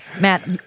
Matt